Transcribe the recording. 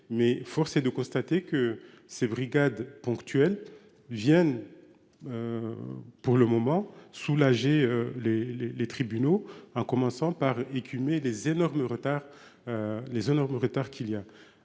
mais force est de constater que ces brigades ponctuelles viennent. Pour le moment soulagé les les les tribunaux en commençant par écumer les énormes retards.